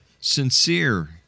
sincere